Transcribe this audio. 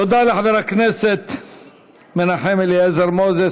תודה לחבר הכנסת מנחם אליעזר מוזס.